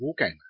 wargamer